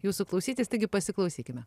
jūsų klausytis taigi pasiklausykime